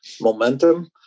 momentum